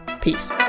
peace